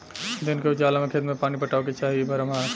दिन के उजाला में खेत में पानी पटावे के चाही इ भ्रम ह